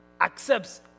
accepts